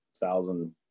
thousand